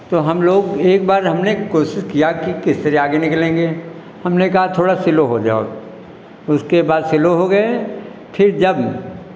तो हम लोग एक बार हमने कोशिश किया कि किस तरह आगे निकलेंगे हमने कहा थोड़ा सिलो हो जाओ उसके बाद सिलो हो गए फिर जब